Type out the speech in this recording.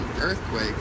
earthquake